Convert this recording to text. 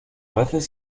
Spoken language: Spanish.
veces